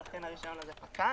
ולכן הרישיון הזה פקע.